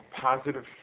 positive